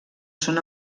són